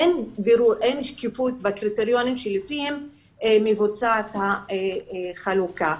אין שקיפות מה הם הקריטריונים לפיהם מבוצעת החלוקה.